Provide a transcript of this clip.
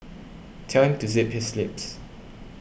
tell him to zip his lips